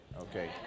Okay